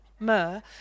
myrrh